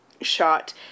shot